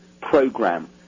program